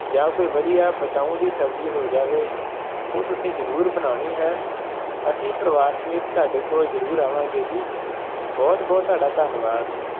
ਜਾਂ ਕੋਈ ਵਧੀਆ ਬਤਾਊਂ ਦੀ ਸਬਜ਼ੀ ਹੋ ਜਾਵੇ ਉਹ ਤੁਸੀਂ ਜ਼ਰੂਰ ਬਣਾਉਣੀ ਹੈ ਅਸੀਂ ਪਰਿਵਾਰ ਸਮੇਤ ਤੁਹਾਡੇ ਕੋਲ ਜ਼ਰੂਰ ਆਵਾਂਗੇ ਜੀ ਬਹੁਤ ਬਹੁਤ ਤੁਹਾਡਾ ਧੰਨਵਾਦ